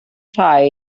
ran